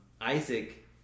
Isaac